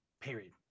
Period